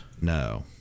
No